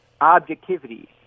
objectivity